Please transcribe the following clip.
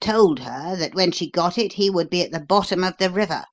told her that when she got it he would be at the bottom of the river,